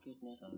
goodness